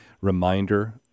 reminder